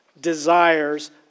desires